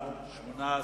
נתקבלה.